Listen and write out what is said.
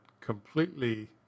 completely